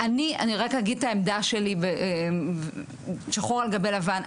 אני רק אגיד את העמדה שלי שחור על גבי לבן.